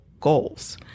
goals